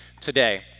today